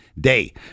day